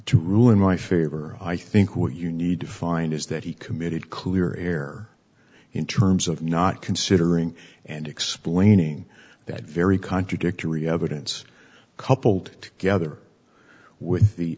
to rule in my favor i think what you need to find is that he committed clear air in terms of not considering and explaining that very contradictory evidence coupled together with the